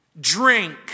drink